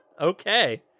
Okay